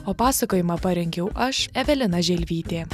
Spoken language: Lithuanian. o pasakojimą parengiau aš evelina želvytė